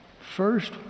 First